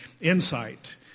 insight